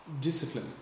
discipline